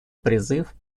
призыв